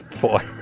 boy